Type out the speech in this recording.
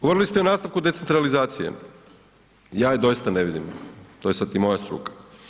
Govorili ste o nastavku decentralizacije, ja je doista ne vidim, to je sad i moja struka.